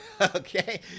okay